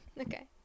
Okay